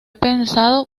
pensado